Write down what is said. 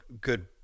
good